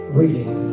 reading